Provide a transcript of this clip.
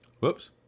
Whoops